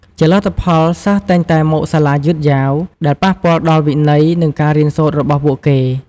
ជាលទ្ធផល សិស្សតែងតែ មកសាលាយឺតយ៉ាវ ដែលប៉ះពាល់ដល់វិន័យ និងការរៀនសូត្ររបស់ពួកគេ។